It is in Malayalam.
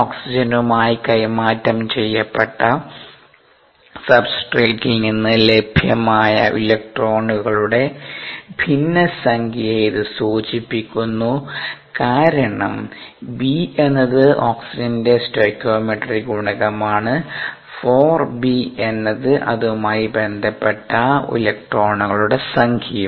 ഓക്സിജനുമായി കൈമാറ്റം ചെയ്യപ്പെട്ട സബ്സ്ട്റേറ്റിൽ നിന്ന് ലഭ്യമായ ഇലക്ട്രോണുകളുടെ ഭിന്നസംഖ്യയെ ഇത് സൂചിപ്പിക്കുന്നു കാരണം b എന്നത് ഓക്സിജന്റെ സ്റ്റോകിയോമെട്രിക് ഗുണകമാണ് 4b എന്നത് അതുമായി ബന്ധപ്പെട്ട ഇലക്ട്രോണുകളുടെ സംഖ്യയും